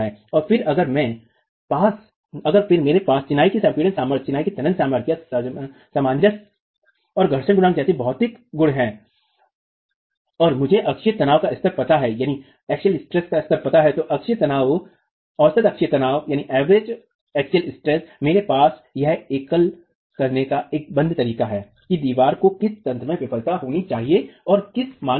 और फिर अगर मेरे पास चिनाई की संपीड़ित सामर्थ्य चिनाई की तन्यता सामर्थ्य सामंजस्य और घर्षण गुणांक जैसी भौतिक गुण हैं और मुझे अक्षीय तनाव का स्तर पता है औसत अक्षीय तनाव मेरे पास यह आकलन करने का एक बंद तरीका है कि दीवार को किस तंत्र में विफल होना चाहिए और किस मान पर